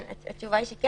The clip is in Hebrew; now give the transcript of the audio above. התשובה היא שכן.